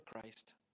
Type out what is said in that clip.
Christ